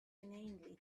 inanely